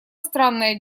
странное